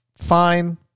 fine